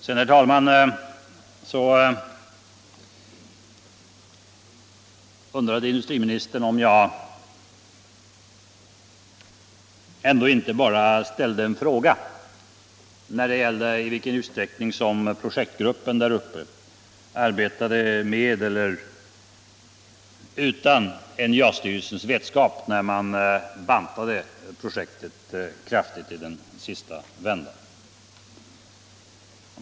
Sedan, herr talman, undrade industriministern om jag ändå inte bara ställde en fråga, när det gällde i vilken utsträckning som projektgruppen där uppe arbetade med eller utan NJA-styrelsens vetskap, när man bantade projektet kraftigt i den sista vändan.